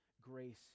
grace